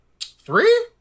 Three